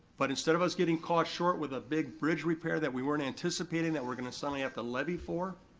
but instead of us getting caught short with a big bridge repair that we weren't anticipating that we're gonna suddenly have to levy for,